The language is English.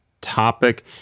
topic